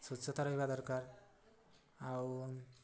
ସ୍ୱଚ୍ଛତା ରହିବା ଦରକାର ଆଉ